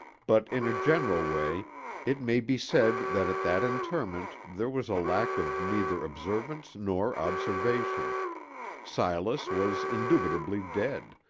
but in a general way it may be said that at that interment there was lack of neither observance nor observation silas was indubitably dead,